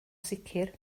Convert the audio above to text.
sicr